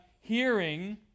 hearing